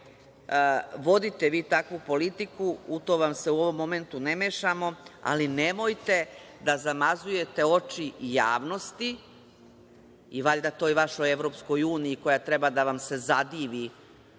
Vodite vi takvu politiku, u to vam se, u ovom momentu, ne mešamo, ali nemojte da zamazujete oči javnosti, i valjda toj vašoj EU, koja treba da vam se zadivi